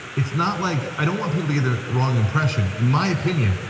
it's not like, i don't want people to get the wrong impression. in my opinion,